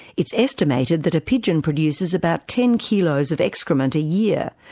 it's estimated that a pigeon produces about ten kilos of excrement a year.